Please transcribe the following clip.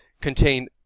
contain